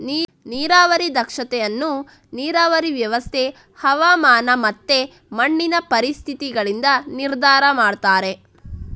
ನೀರಾವರಿ ದಕ್ಷತೆ ಅನ್ನು ನೀರಾವರಿ ವ್ಯವಸ್ಥೆ, ಹವಾಮಾನ ಮತ್ತೆ ಮಣ್ಣಿನ ಪರಿಸ್ಥಿತಿಗಳಿಂದ ನಿರ್ಧಾರ ಮಾಡ್ತಾರೆ